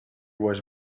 was